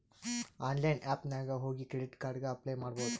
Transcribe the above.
online app ನಾಗ್ ಹೋಗಿ credit card ಗ ಅಪ್ಲೈ ಮಾಡ್ಬೋದು